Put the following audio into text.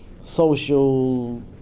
social